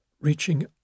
reaching